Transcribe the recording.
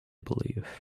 believe